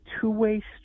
two-way